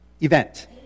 event